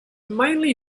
mainly